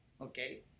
Okay